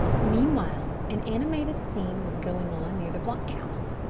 meanwhile an animated scene was going on near the block-house.